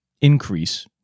increase